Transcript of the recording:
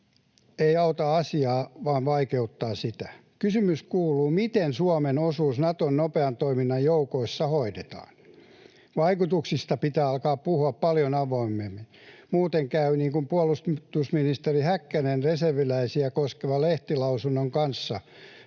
ei auta asiaa vaan vaikeuttaa sitä. Kysymys kuuluu, miten Suomen osuus Naton nopean toiminnan joukoissa hoidetaan. Vaikutuksista pitää alkaa puhua paljon avoimemmin. Muuten käy niin kuin puolustusministeri Häkkäsen reserviläisiä koskevan lehtilausunnon kanssa.